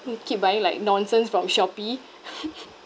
hmm keep buying like nonsense from Shopee